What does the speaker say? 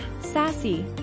Sassy